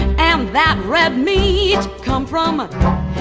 and that red meat come from